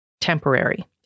temporary